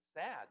sad